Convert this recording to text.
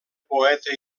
poeta